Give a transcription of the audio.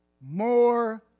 more